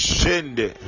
Shende